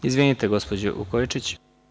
Izvinite gospođo Vukojičić.